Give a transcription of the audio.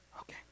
Okay